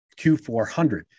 Q400